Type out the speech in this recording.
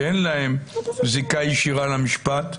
שאין להם זיקה ישירה למשפט.